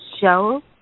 show